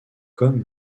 comme